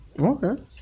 Okay